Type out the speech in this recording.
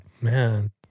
Man